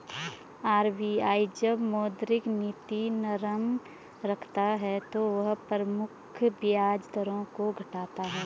RBI जब मौद्रिक नीति नरम रखता है तो वह प्रमुख ब्याज दरों को घटाता है